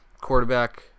Quarterback